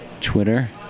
Twitter